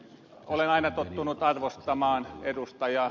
olen aina tottunut arvostamaan ed